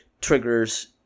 triggers